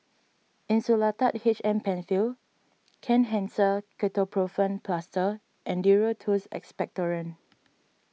Insulatard H M Penfill Kenhancer Ketoprofen Plaster and Duro Tuss Expectorant